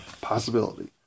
possibility